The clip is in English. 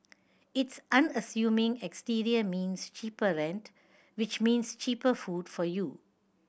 its unassuming exterior means cheaper rent which means cheaper food for you